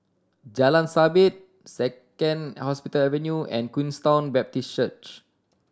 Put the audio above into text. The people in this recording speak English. Jalan Sabit Second Hospital Avenue and Queenstown Baptist Church